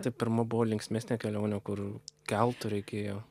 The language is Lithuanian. ta pirma buvo linksmesnė kelionė kur keltu reikėjo